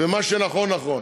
ומה שנכון נכון.